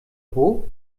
hoch